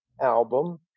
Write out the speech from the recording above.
album